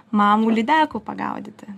mamų lydekų pagaudyti